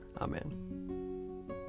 Amen